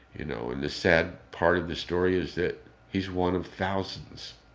you know, and the sad part of this story is that he's one of thousands,